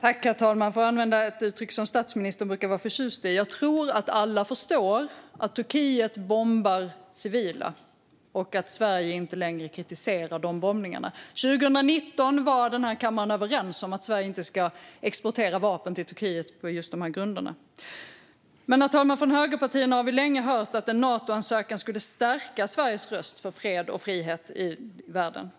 Herr talman! För att använda ett uttryck som statsministern brukar vara förtjust i: Jag tror att alla förstår att Turkiet bombar civila och att Sverige inte längre kritiserar de bombningarna. År 2019 var kammaren överens om att Sverige inte ska exportera vapen till Turkiet på just dessa grunder. Herr talman! Från högerpartierna har vi länge hört att en Natoansökan skulle stärka Sveriges röst för fred och frihet i världen.